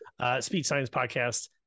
SpeechSciencePodcast